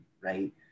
right